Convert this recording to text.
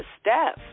Steph